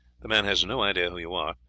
the man has no idea you are.